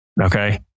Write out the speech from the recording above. Okay